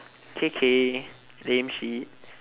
k k lame shit